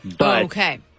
Okay